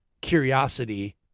curiosity